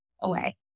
away